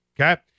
Okay